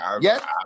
yes